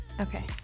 okay